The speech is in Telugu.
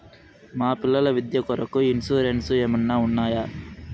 మా పిల్లల విద్య కొరకు ఇన్సూరెన్సు ఏమన్నా ఉన్నాయా?